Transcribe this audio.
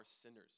sinners